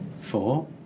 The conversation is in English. four